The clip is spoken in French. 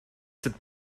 cette